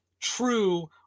true